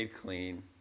clean